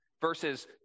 verses